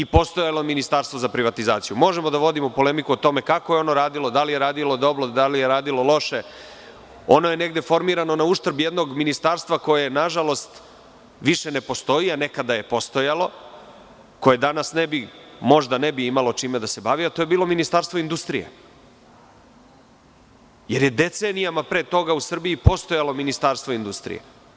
Možemo da vodimo polemiku o tome kako je ono radilo, da li je radilo dobro, da li je radilo loše, ono je negde formirano na uštrb jednog ministarstva koje, nažalost, više ne postoji, a nekada je postojalo, koje danas možda ne bi imalo čime da se bavi, a to je bilo Ministarstvo industrije, jer je decenijama pre toga u Srbiji postojalo Ministarstvo industrije.